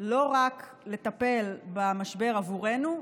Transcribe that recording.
לא רק לטפל במשבר עבורנו,